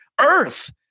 Earth